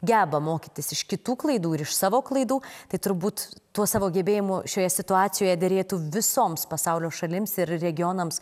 geba mokytis iš kitų klaidų ir iš savo klaidų tai turbūt tuo savo gebėjimu šioje situacijoje derėtų visoms pasaulio šalims ir regionams